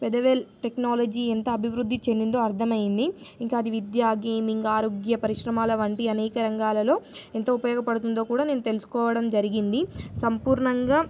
పెదవేల్ technology ఎంత అభివృద్ధి చెందిందో అర్థమైంది ఇంకా అది విద్య గేమింగ్ ఆరోగ్య పరిశ్రమాల వంటి అనేక రంగాలలో ఎంత ఉపయోగపడుతుందో కూడా నేను తెలుసుకోవడం జరిగింది సంపూర్ణంగా